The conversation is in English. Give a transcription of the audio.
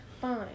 Fine